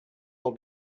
will